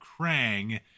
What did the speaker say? Krang